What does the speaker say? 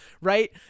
right